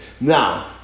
Now